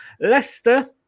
Leicester